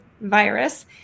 virus